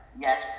Yes